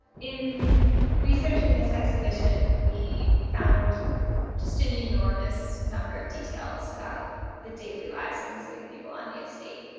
in researching this exhibition, we found just an enormous number of details about the daily lives of enslaved people on the estate,